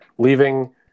Leaving